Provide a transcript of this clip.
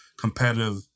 competitive